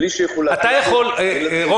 בלי שיחולק כסף --- רון,